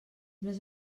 més